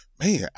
man